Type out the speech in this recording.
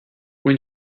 when